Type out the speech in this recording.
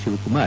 Shivakumar